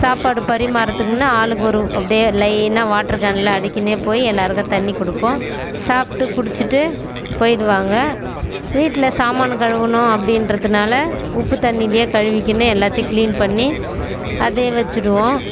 சாப்பாடு பரிமாறத்துக்கு முன்னே ஆளுக்கு ஒரு அப்டி லைன்னாக வாட்டர் கேனில் அடிக்கின்னே போய் எல்லோருக்கும் தண்ணி குடிப்போம் சாப்பிட்டு குடிச்சிட்டு போயிடுவாங்க வீட்டில் சாமான் கழுவணும் அப்படின்றதுனால உப்பு தண்ணிலேயே கழுவிக்கின்னு எல்லாத்தேயும் க்ளீன் பண்ணி அதே வச்சுடுவோம்